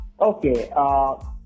Okay